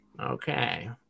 Okay